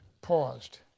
paused